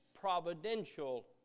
providential